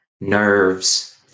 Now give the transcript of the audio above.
nerves